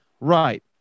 right